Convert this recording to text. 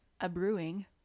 a-brewing